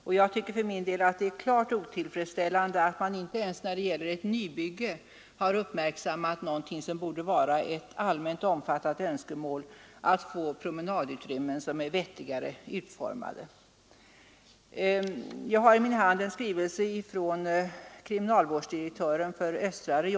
Men jag tycker det är klart otillfredsställande att man inte ens vid ett nybygge har uppmärksammat vad som borde vara ett allmänt omfattat önskemål, nämligen att promenadutrymmena blir mera vettigt utformade. Jag har här i min hand en skrivelse från kriminalvårdsdirektören för östra räjongen.